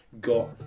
got